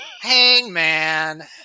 Hangman